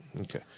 okay